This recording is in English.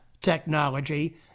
technology